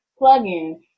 plugin